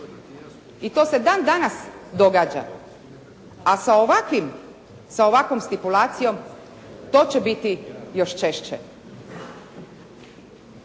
I to se dan danas događa, a sa ovakvim, sa ovakvom stipulacijom to će biti još češće.